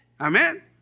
Amen